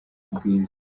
rwiza